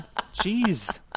Jeez